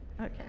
Okay